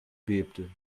bebte